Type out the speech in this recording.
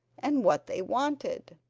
and what they wanted.